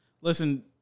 Listen